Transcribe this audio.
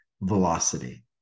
velocity